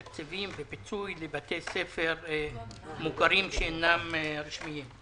בתקציבים ופיצוי לבתי ספר מוכרים שאינם רשמיים,